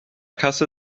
kasse